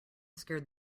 scared